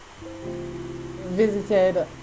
Visited